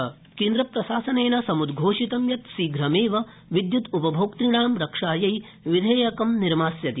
R K Singh केन्द्रप्रशासनेन समुद्धोषित यत् शीघ्रमेव विद्युद्पभोक्तृणा रक्षायै विधेयक निर्मास्यति